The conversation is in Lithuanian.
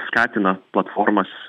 skatina platformas